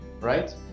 right